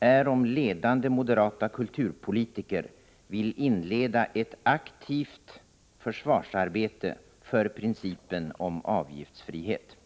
är om ledande moderata kulturpolitiker vill inleda ett aktivt försvarsarbete för principen om avgiftsfrihet.